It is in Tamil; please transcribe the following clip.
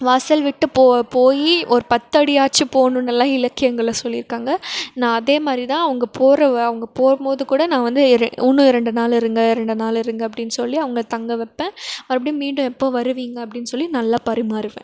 வாசல் விட்டு போ போய் ஒரு பத்தடியாச்சும் போகணுன்னெல்லாம் இலக்கியங்களில் சொல்லியிருக்காங்க நான் அதே மாதிரி தான் அவங்க போகிற அவங்க போகும் போதுக்கூட நான் வந்து இரு இன்னும் ரெண்டு நாள் இருங்கள் ரெண்டு நாள் இருங்கள் அப்படின் சொல்லி அவங்கள தங்க வைப்பேன் மறுபடியும் மீண்டும் எப்போ வருவீங்க அப்படின் சொல்லி நல்லா பரிமாறுவேன்